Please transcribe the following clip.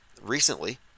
recently